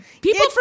people